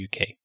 UK